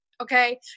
Okay